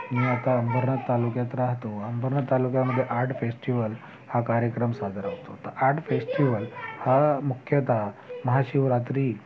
मी आता अंबरनाथ तालुक्यात राहतो अंबरनाथ तालुक्यामध्ये आर्ड फेस्टिवल हा कार्यक्रम साजरा होत होता आर्ड फेस्टिवल हा मुख्यतः महाशिवरात्री